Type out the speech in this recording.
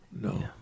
no